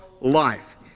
life